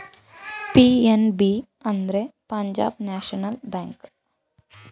PNB ಅಂದ್ರೆ Punjab national bank